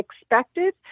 expected